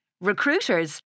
Recruiters